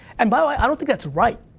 and by the way, i don't think that's right.